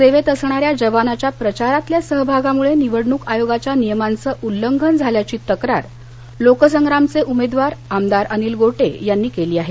सेवेत असणाऱ्या जवानाच्या प्रचारातल्या सहभागामुळे निवडणुक आयोगाच्या नियमांचं उल्लघन झाल्याची तक्रार लोकसंग्रामचे उमेदवार आमदार अनिल गोटे यांनी केली आहे